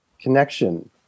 connection